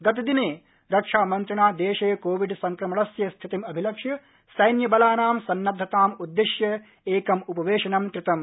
गतदिने रक्षामन्त्रिणा देशे कोविड संक्रमणस्य स्थितिम् अभिलक्ष्य सैन्यबलानां सन्नद्वताम् उद्शिय एकम् उपवेशनं कृतम्